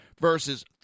versus